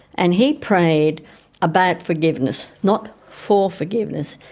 and he prayed about forgiveness. not for forgiveness,